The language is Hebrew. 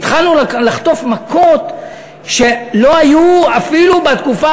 התחלנו לחטוף מכות שלא היו אפילו בתקופה